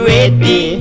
Ready